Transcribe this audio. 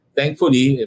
thankfully